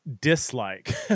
dislike